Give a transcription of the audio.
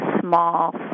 small